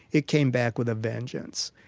it came back with a vengeance.